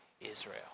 Israel